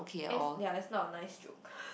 and it's ya it's not a nice joke